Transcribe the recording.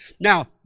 Now